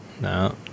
No